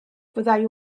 fyddai